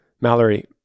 Mallory